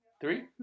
Three